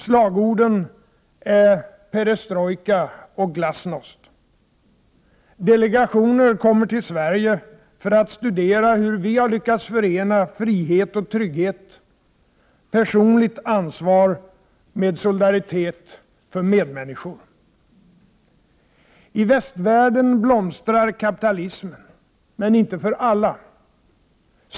Slagorden är perestrojka och glasnost. Delegationer kommer till Sverige för att studera hur vi lyckats förena frihet, trygghet och personligt ansvar med solidaritet med medmänniskor. I västvärlden blomstrar kapitalismen. Men inte för alla.